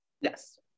Yes